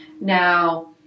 Now